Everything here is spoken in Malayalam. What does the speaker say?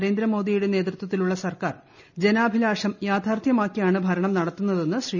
നരേന്ദ്ര മോദിയുടെ നേതൃത്വത്തിലുള്ള സർക്കാർ ജനാഭിലാഷം യാഥാർത്ഥ്യ മാക്കിയാണ് ഭരണം നടത്തുന്നതെന്ന് ശ്രീ